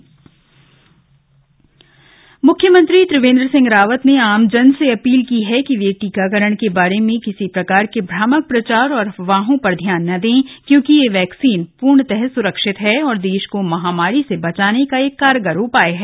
उत्तराखण्ड टीकाकरण अभियान मुख्यमंत्री त्रिवेन्द्र सिंह रावत ने आमजन से अपील की है कि वे टीकाकरण के बारे में किसी प्रकार के भ्रामक प्रचार और अफवाहों पर ध्यान न दें क्योंकि यह वैक्सीन पूर्णतः सुरक्षित है और देश को महामारी से बचाने का एक कारगर उपाय है